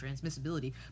transmissibility